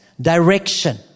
direction